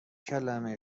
کلمه